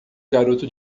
garoto